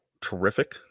Terrific